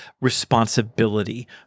responsibility